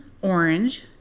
Orange